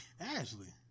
Ashley